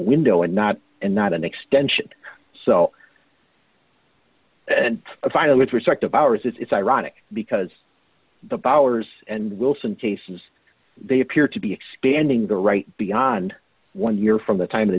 window and not and not an extension so a final introspective hours it's ironic because the powers and wilson tases they appear to be expanding the right beyond one year from the time the